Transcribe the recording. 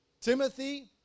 Timothy